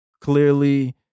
Clearly